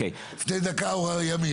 לפני דקה הוא היה ימין.